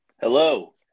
Hello